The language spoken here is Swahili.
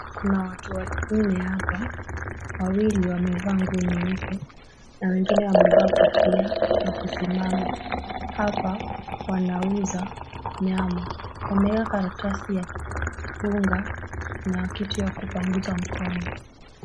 Kuna watu wanne hapa, wawili wamevaa nguo nyeupe na wengine wamevaa kofia na kusimama. Hapa wanauza nyama. Wameeka karatasi ya kufunga na kitu ya kupangusa mkono.